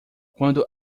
quando